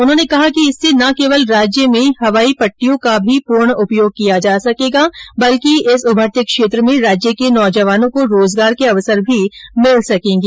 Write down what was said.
उन्होंने कहा कि इससे न केवल राज्य में हवाई पट्टियों का भी पूर्ण उपयोग किया जा सकेगा बल्कि इस उभरते क्षेत्र में राज्य के नौजवानों को रोजगार के अवसर भी मिल सकेंगे